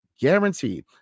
guaranteed